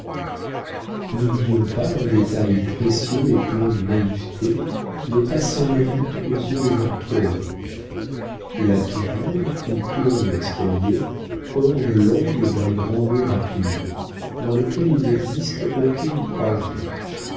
n'oublions pas un détail précieux et plein de naïveté qui n'est pas sans mérite aux yeux des archéologues la tourelle où tourne l'escalier orne l'angle d'un grand mur à pignon dans lequel il n'existe aucune croisée